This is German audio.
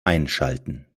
einschalten